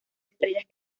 estrellas